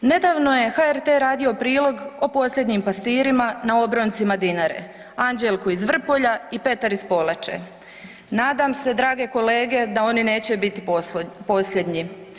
Nedavno je HRT radio prilog o posljednjim pastirima na obroncima Dinare, Anđelku iz Vrpolja i Petar iz Polače, nadam se drage kolege da oni neće biti posljednji.